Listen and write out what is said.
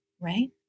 right